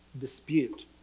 dispute